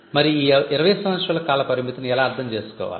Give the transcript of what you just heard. మరి ఈ 20 సంవత్సరాల కాల పరిమితిని ఎలా అర్ధం చేసుకోవాలి